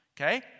Okay